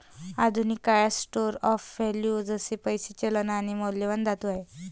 आधुनिक काळात store of value जसे पैसा, चलन आणि मौल्यवान धातू आहे